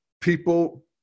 people